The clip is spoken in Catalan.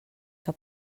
que